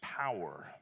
power